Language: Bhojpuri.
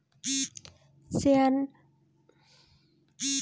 सैन्य बजट भारत के शस्त्र बल के मजबूत करे खातिर लियावल जात हवे